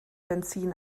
benzin